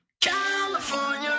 California